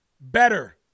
better